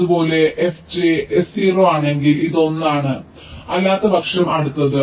അതുപോലെ fj s 0 ആണെങ്കിൽ ഇത് 1 ആണ് അല്ലാത്തപക്ഷം അടുത്തത്